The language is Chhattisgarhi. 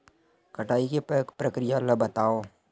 कटाई के प्रक्रिया ला बतावव?